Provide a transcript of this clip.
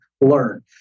learn